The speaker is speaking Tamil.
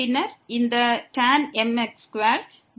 பின்னர் இந்த tan mx2 வேண்டும்